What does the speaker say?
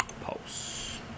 Pulse